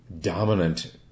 dominant